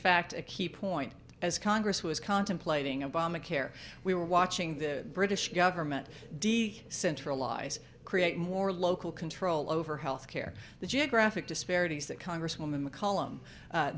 fact a key point as congress was contemplating obamacare we were watching the british government d centralize create more local control over health care the geographic disparities that congresswoman mc